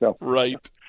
Right